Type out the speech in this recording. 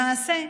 למעשה,